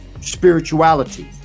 spirituality